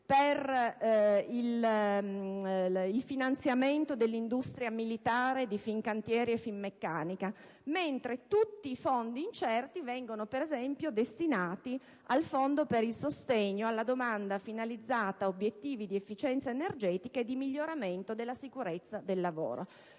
del finanziamento dell'industria militare di Fincantieri e di Finmeccanica, mentre tutti i fondi incerti vengono destinati, ad esempio, al fondo per il sostegno alla domanda finalizzata ad obiettivi di efficienza energetica e di miglioramento della sicurezza sul lavoro.